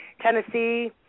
Tennessee